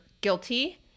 guilty